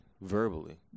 verbally